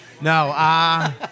no